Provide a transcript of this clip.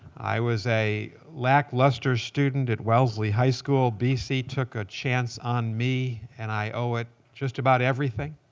i was a lackluster student at wellesley high school. bc took a chance on me, and i owe it just about everything.